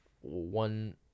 one